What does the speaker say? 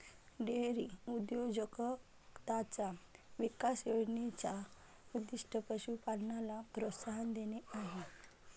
dairy उद्योजकताचा विकास योजने चा उद्दीष्ट पशु पालनाला प्रोत्साहन देणे आहे